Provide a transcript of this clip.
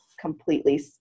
completely